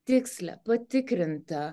tikslią patikrintą